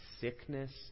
sickness